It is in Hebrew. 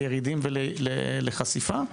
לירידים ולחשיפה?